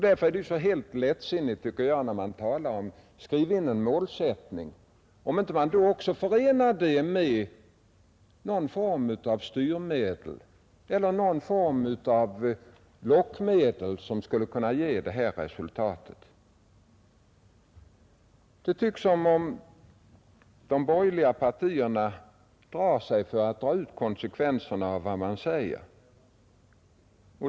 Därför är det helt lättsinnigt, tycker jag, när man talar om att skriva in en målsättning, om man inte då också förenar detta med någon form av styrmedel eller någon form av lockmedel som skulle kunna ge dessa resultat. Det tycks som om de borgerliga partierna drar sig för att dra ut konsekvenserna av vad man säger.